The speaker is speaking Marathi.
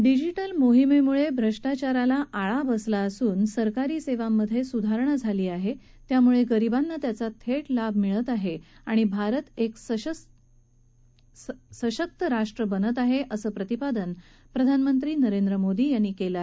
डिजिटले मोहिममुळेप्रिष्टाचाराला आळा बसला असून सरकारी सक्तिमधस्तिधारणा झाली आह उत्यामुळप्रिरिबांना त्याचा था लाभ मिळत आहञ्ञाणि भारत एक सशक्त राष्ट्र बनत आहा असं प्रतिपादन प्रधानमंत्री नरेंद्र मोदी यांनी कळि